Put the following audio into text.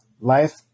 Life